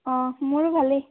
অঁ মোৰো ভালেই